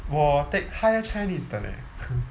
我 take higher chinese 的 leh